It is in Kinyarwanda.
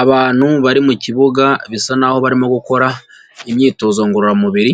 Abantu bari mu kibuga bisa n'aho barimo gukora imyitozo ngororamubiri,